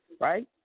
right